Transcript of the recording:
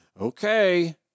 Okay